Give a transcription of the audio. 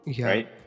right